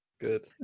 Good